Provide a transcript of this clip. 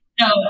No